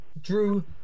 Drew